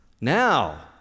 now